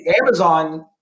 Amazon